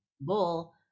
bull